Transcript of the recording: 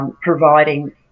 providing